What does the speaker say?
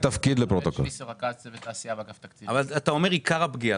אתה אומר עיקר הפגיעה.